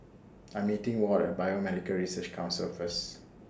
I'm meeting Ward At Biomedical Research Council First